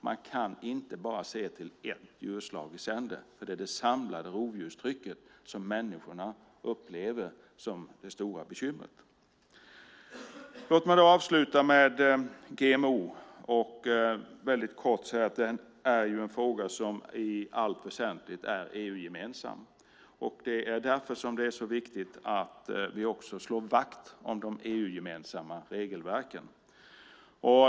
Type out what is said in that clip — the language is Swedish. Man kan inte bara se till ett djurslag i sänder, för det är det samlade rovdjurstrycket som människorna upplever som det stora bekymret. Låt mig avsluta med GMO. Det är en fråga som i allt väsentligt är EU-gemensam. Det är därför som det är så viktigt att vi också slår vakt om de EU-gemensamma regelverken.